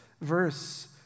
verse